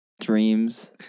dreams